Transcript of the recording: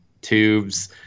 tubes